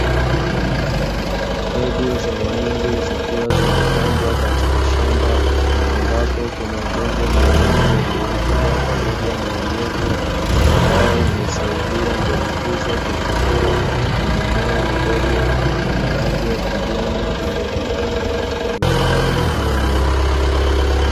Mbegu za mahindi zikiwa zimepandwa katika shamba, ambapo kuna udongo mlaini wenye rutuba pamoja na unyevu, ambao umesaidia mbegu hizo kuchipua katika mimea midogo ya rangi ya kijani iliyojipanga katika mistari iliyonyooka.